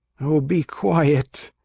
oh, be quiet!